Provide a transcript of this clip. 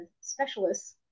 specialists